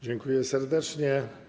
Dziękuję serdecznie.